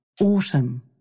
Autumn